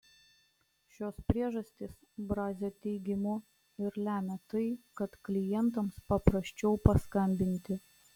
šios priežastys brazio teigimu ir lemia tai kad klientams paprasčiau paskambinti